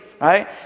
right